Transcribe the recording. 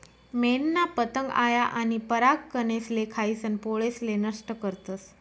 मेनना पतंग आया आनी परागकनेसले खायीसन पोळेसले नष्ट करतस